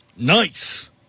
Nice